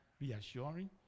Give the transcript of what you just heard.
reassuring